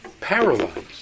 paralyzed